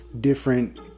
Different